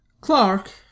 Clark